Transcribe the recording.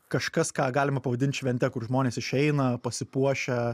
kažkas ką galima pavadint švente kur žmonės išeina pasipuošę